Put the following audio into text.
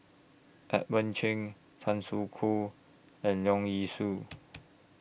Edmund Cheng Tan Soo Khoon and Leong Yee Soo